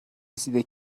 رسیده